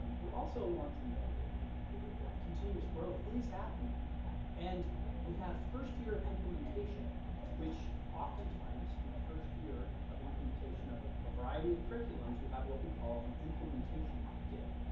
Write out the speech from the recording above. um we also want to know that the that the continuous growth is happening and we have first year of implementation which often times in a first year of implementation of ah a variety of curriculums, you have what we call an implementation dip.